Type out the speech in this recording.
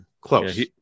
Close